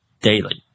daily